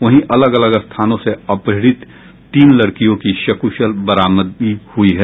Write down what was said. वहीं अलग अलग स्थानों से अपहृत तीन लड़कियों की सकुशल बरामदगी हुई है